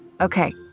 Okay